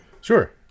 Sure